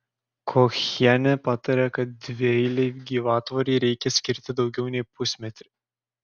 kochienė patarė kad dvieilei gyvatvorei reikia skirti daugiau nei pusmetrį